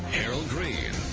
harold greene,